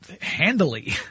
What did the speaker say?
handily